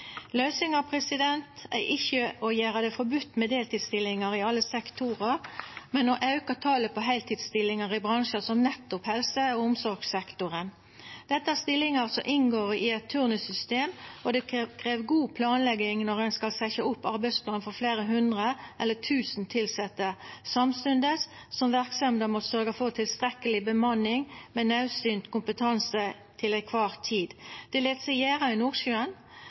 er ikkje å gjera det forbode med deltidsstillingar i alle sektorar, men å auka talet på heiltidsstillingar i bransjar som nettopp helse- og omsorgssektoren. Dette er stillingar som inngår i eit turnussystem, og det krev god planlegging når ein skal setja opp ein arbeidsplan for fleire hundre eller tusen tilsette, samstundes som verksemda må sørgja for tilstrekkeleg bemanning med naudsynt kompetanse til kvar tid. Det lèt seg gjera i Nordsjøen,